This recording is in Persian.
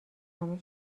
همه